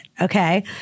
okay